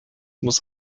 muss